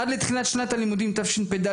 עד תחילת שנה"ל תשפ"ד,